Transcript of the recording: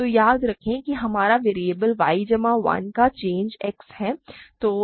तो याद रखें कि हमारा वेरिएबल y जमा 1 का चेंज X है